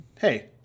Hey